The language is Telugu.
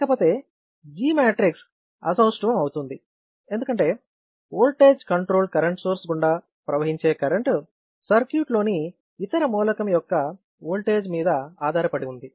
కాకపోతే G మ్యాట్రిక్స్ అసౌష్ఠవం అవుతుంది ఎందుకంటే ఓల్టేజ్ కంట్రోల్డ్ కరెంట్ సోర్స్ గుండా ప్రవహించే కరెంటు సర్క్యూట్ లోని ఇతర మూలకం యొక్క ఓల్టేజ్ మీద ఆధారపడి ఉంది